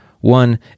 one